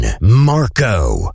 Marco